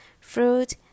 fruit